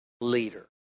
leader